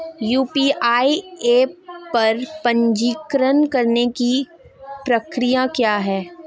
UPI app पर पंजीकरण करने की प्रक्रिया क्या है?